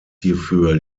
hierfür